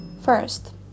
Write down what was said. first